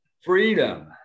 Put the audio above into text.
Freedom